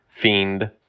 fiend